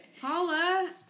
Paula